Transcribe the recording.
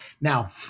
now